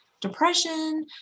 depression